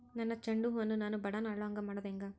ನನ್ನ ಚಂಡ ಹೂ ಅನ್ನ ನಾನು ಬಡಾನ್ ಅರಳು ಹಾಂಗ ಮಾಡೋದು ಹ್ಯಾಂಗ್?